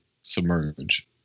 submerge